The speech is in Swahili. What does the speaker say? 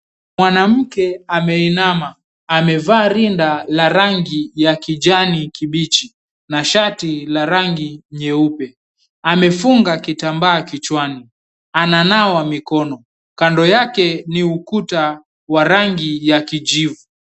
Mwanamke ameinama, amevaa rinda la rangi ya kijani kibichi na shati la rangi nyeupe. Amefunga kitambaa kichwani, ananawa mikono kando yake ni ukuta wa rangi ya kijivu.